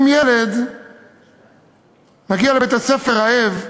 אם ילד מגיע לבית-הספר רעב,